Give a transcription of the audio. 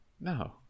No